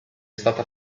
stata